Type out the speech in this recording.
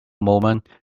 moment